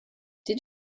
did